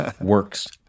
Works